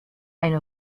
eine